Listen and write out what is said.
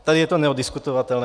Tady je to neoddiskutovatelné.